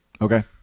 Okay